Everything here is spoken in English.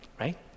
right